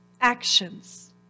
actions